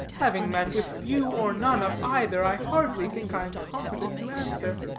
having met with few or none of either, i hardly think i am competent to answer.